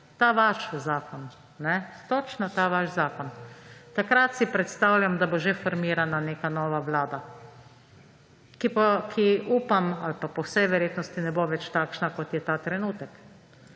Ta vaš zakon. Točno ta vaš zakon. Si predstavljam, da bo takrat že formirana neka nova vlada, za katero upam ali pa po vsej verjetnosti ne bo več takšna, kot je ta trenutek.